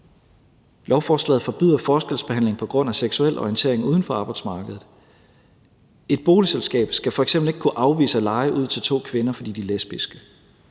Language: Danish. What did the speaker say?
Lovforslaget forbyder forskelsbehandling på grund af seksuel orientering uden for arbejdsmarkedet. Et boligselskab skal f.eks. ikke kunne afvise at leje ud til to kvinder, fordi de er lesbiske.